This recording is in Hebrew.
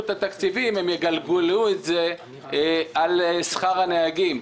את התקציבים הם יגלגלו את זה על שכר הנהגים.